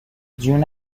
جون